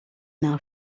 now